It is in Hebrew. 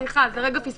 -- סליחה, אולי פספסתי.